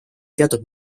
teatud